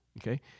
Okay